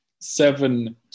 seven